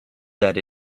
that